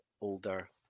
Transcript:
older